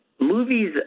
movies